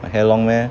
my hair long meh